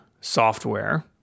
software